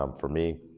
um for me.